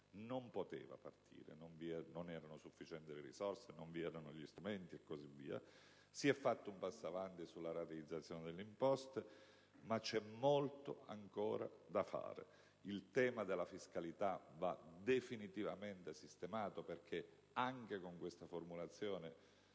non poteva perché non vi erano sufficienti risorse e strumenti. Si è fatto un passo avanti sulla rateizzazione delle imposte, ma c'è molto ancora da fare. Il tema della fiscalità va definitivamente sistemato, perché anche con questa formulazione